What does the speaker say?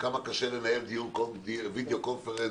כמה קשה לנהל דיון וידאו קונפרנס